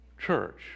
church